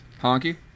Honky